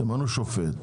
תמנו שופט,